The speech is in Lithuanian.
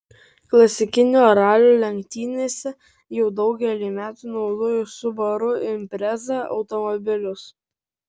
klasikinio ralio lenktynėse jau daugelį metų naudoju subaru impreza automobilius